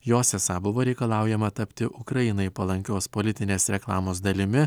jos esą buvo reikalaujama tapti ukrainai palankios politinės reklamos dalimi